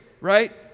right